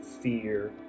fear